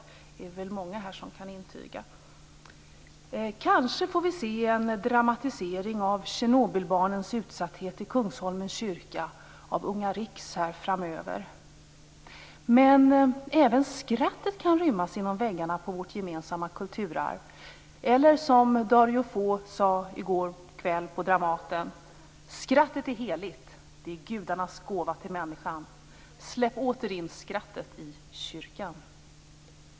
Det är vi väl många här som kan intyga. Kanske får vi se en dramatisering av Tjernobylbarnens utsatthet i Kungsholms kyrka av Unga riks framöver. Men även skrattet kan rymmas innanför väggarna på vårt gemensamma kulturarv. Eller som Dario Fo sade i går kväll på Dramaten: Skrattet är heligt. Det är gudarnas gåva till människan. Släpp åter in skrattet i kyrkan.